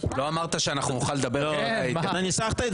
לא אמרת שנוכל לדבר --- אתה ניסחת את זה